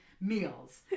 meals